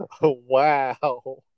Wow